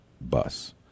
bus